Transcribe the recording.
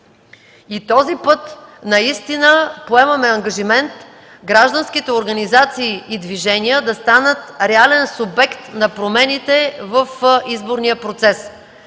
И този път наистина поемаме ангажимент гражданските организации и движения да станат реален субект на промените в изборния процес.